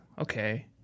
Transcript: Okay